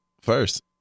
first